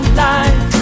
life